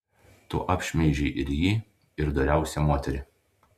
tu apšmeižei ir jį ir doriausią moterį